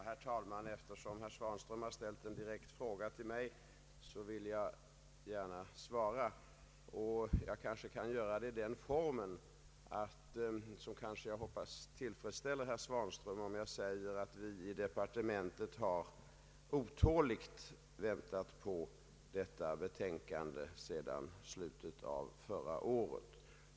Herr talman! Eftersom herr Svanström ställt en direkt fråga till mig, vill jag gärna svara. Jag kanske kan göra det på ett sätt som jag hoppas skall tillfredsställa herr Svanström. I departementet har vi otåligt väntat på detta betänkande sedan slutet av förra året.